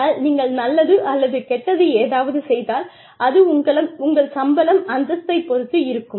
ஆனால் நீங்கள் நல்லது அல்லது கெட்டது ஏதாவது செய்தால் அது உங்கள் சம்பளம் அந்தஸ்தைப் பொறுத்து இருக்கும்